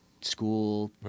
school